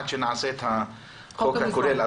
עד שנעשה את החוק הכולל.